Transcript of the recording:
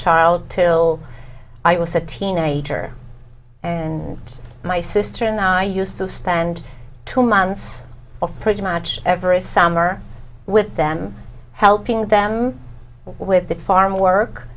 child till i was a teenager and my sister and i used to spend two months of pretty much every summer with them helping them with the farm work